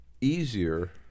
easier